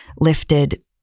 lifted